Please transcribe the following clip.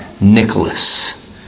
Nicholas